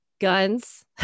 guns